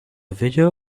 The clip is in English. video